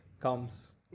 comes